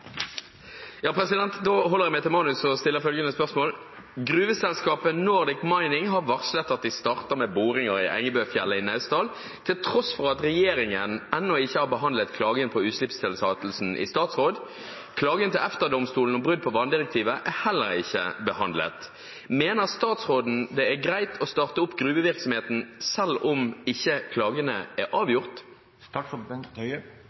Da holder jeg meg til manuset og stiller følgende spørsmål: «Gruveselskapet Nordic Mining har varslet at de starter med boringer i Engebøfjellet i Naustdal til tross for at regjeringen ennå ikke har behandlet klagen på utslippstillatelsen i statsråd. Klagen til EFTA-domstolen om brudd på vanndirektivet er heller ikke behandlet. Mener statsråden det er greit å starte opp gruvevirksomheten selv om ikke klagene er